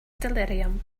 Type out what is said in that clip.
delirium